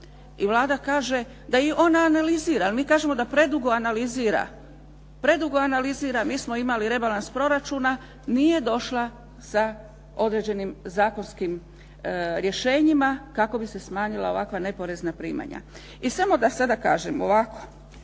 i Vlada kaže da i ona analizira, jer mi kažemo da predugo analizira, predugo analizira. Mi smo imali rebalans proračuna, nije došla sa određenim zakonskim rješenjima kako bi se smanjila ovakva neporezna primanja. I samo da sada kažem, ovako,